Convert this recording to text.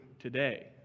today